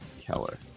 Keller